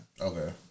Okay